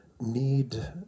need